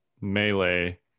melee